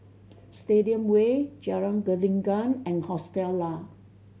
Stadium Way Jalan Gelenggang and Hostel Lah